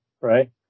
right